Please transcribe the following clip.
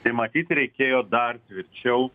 tai matyt reikėjo dar tvirčiau